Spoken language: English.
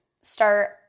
start